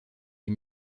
les